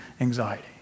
anxiety